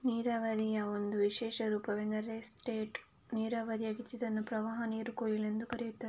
ನೀರಾವರಿಯ ಒಂದು ವಿಶೇಷ ರೂಪವೆಂದರೆ ಸ್ಪೇಟ್ ನೀರಾವರಿಯಾಗಿದ್ದು ಇದನ್ನು ಪ್ರವಾಹನೀರು ಕೊಯ್ಲು ಎಂದೂ ಕರೆಯುತ್ತಾರೆ